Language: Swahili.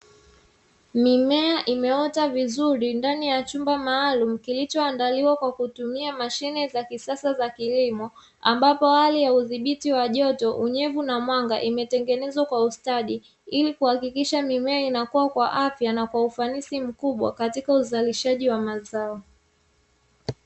Mimea imeota vizuri ndani ya chumba maalumu kilichoandaliwa kwa kutumia mashine za kisasa za kilimo, ambapo hali ya udhibiti wa joto, unyevu na mwanga; umetengenezwa kwa ustadi, ili kuhakikisha mimea inakua kwa afya na kwa ufanisi mkubwa katika uzalishaji wa mazao.